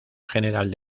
general